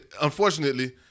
unfortunately